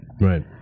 Right